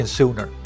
sooner